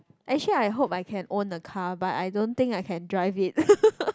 actually I hope I can own a car but I don't think I can drive it